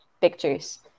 pictures